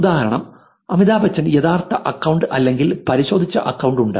ഉദാഹരണം അമിതാഭ് ബച്ചന് യഥാർത്ഥ അക്കൌണ്ട് അല്ലെങ്കിൽ പരിശോധിച്ച അക്കൌണ്ട് ഉണ്ട്